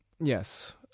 Yes